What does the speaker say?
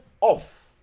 off